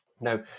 now